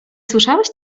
słyszałeś